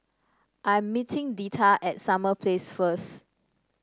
I am meeting Deetta at Summer Place first